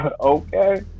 Okay